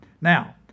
Now